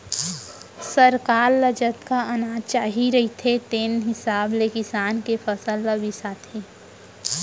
सरकार ल जतका अनाज चाही रहिथे तेन हिसाब ले किसान के फसल ल बिसाथे